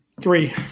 Three